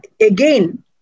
again